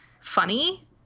funny